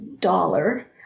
dollar